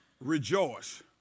Rejoice